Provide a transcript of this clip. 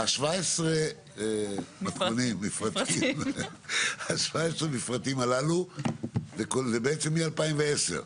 בעצם, 17 המפרטים הללו הם מ-2010.